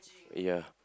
ya